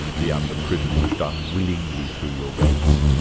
the underprivileged, unwillingly through your gates.